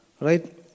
Right